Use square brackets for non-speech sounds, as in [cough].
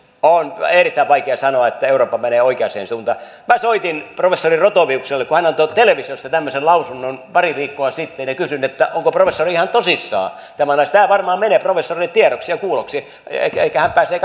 on erittäin vaikea sanoa että eurooppa menee oikeaan suuntaan minä soitin professori rothoviukselle kun hän on antanut televisiossa tämmöisen lausunnon pari viikkoa sitten ja kysyin onko professori ihan tosissaan tämä varmaan menee professorille tiedoksi ja ja kuuloksi ehkä hän pääsee [unintelligible]